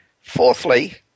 Fourthly